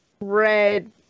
red